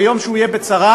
ביום שהוא יהיה בצרה,